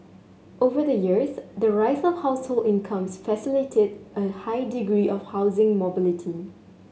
over the years the rise of household incomes facilitated a high degree of housing mobility